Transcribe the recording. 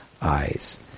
eyes